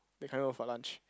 they cannot go for lunch